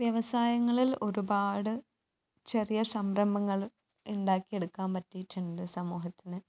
വ്യവസായങ്ങളിൽ ഒരുപാട് ചെറിയ സംരംഭങ്ങൾ ഉണ്ടാക്കി എടുക്കാൻ പറ്റിയിട്ടുണ്ട് സമൂഹത്തിന്